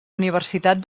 universitat